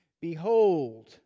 Behold